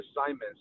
assignments